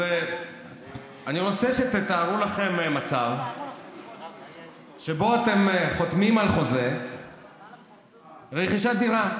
אני רוצה שתתארו לכם מצב שבו אתם חותמים על חוזה לרכישת דירה.